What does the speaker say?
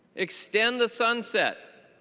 extend the sunset.